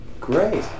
Great